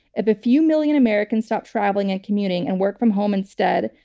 if a few million americans stop traveling and commuting and work from home instead,